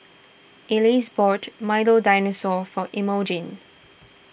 Else bought Milo Dinosaur for Emogene